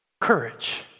Courage